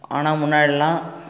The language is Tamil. ஆனால் முன்னாடியெலாம்